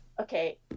okay